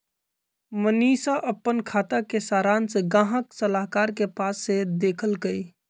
मनीशा अप्पन खाता के सरांश गाहक सलाहकार के पास से देखलकई